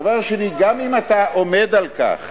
דבר שני, גם אם אתה עומד על כך